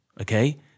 okay